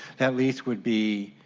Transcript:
that lease would be